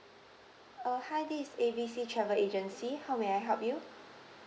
uh hi this is A B C travel agency how may I help you